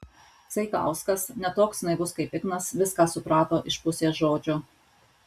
zaikauskas ne toks naivus kaip ignas viską suprato iš pusės žodžio